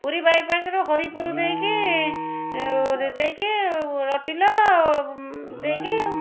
ପୁରୀ ବାଇପାସରୁ ହରିପୁର ଦେଇକି ଆଉ ଦେଇକି ରଟିଲ ଉଁ ଦେଇକି